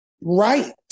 right